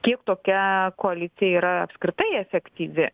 kiek tokia koalicija yra apskritai efektyvi